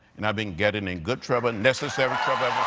and i've been getting in good trouble, necessary trouble